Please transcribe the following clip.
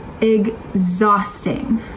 exhausting